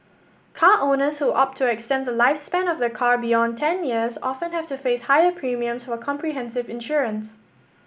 car owners who opt to extend the lifespan of their car beyond ten years often have to face higher premiums for comprehensive insurance